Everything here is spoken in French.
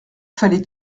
fallait